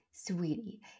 Sweetie